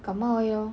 感冒而已咯